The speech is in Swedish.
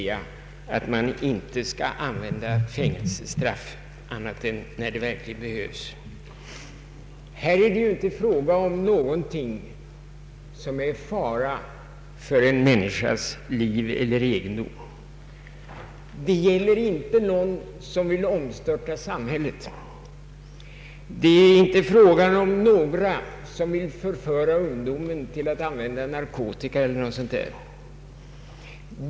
Justitieministern brukar säga att fängelsestraff inte bör användas i andra fall än då det verkligen behövs. Här är det inte fråga om någonting som utgör en fara för människors liv eller egendom. Det gäller inte någon som vill omstörta samhället. Det är inte fråga om några som vill förföra ungdomen till att använda narkotika eller någonting sådant.